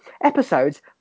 episodes